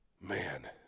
man